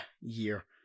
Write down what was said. year